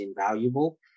invaluable